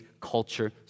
culture